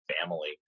family